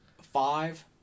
five